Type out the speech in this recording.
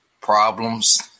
problems